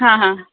हां हां